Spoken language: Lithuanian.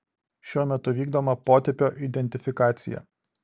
šiuo metu vykdoma potipio identifikacija